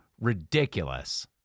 ridiculous